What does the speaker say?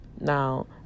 Now